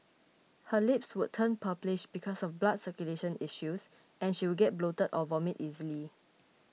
her lips would turn purplish because of blood circulation issues and she would get bloated or vomit easily